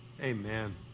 amen